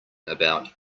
about